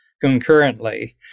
concurrently